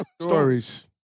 Stories